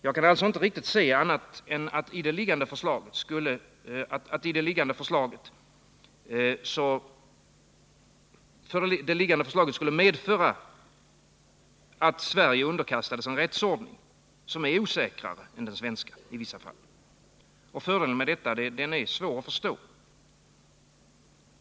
Jag kan alltså inte se annat än att det liggande förslaget i Sverige skulle medföra underkastelse under en rättsordning som i vissa fall är osäkrare än den svenska. Fördelen med detta är svår att förstå.